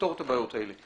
שנפתור את הבעיות האלה.